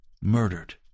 murdered